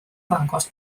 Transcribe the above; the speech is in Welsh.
ddangos